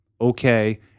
okay